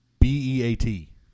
B-E-A-T